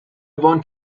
want